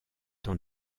dans